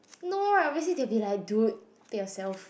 no right obviously they will be like dude take yourself